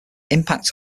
impact